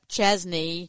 Chesney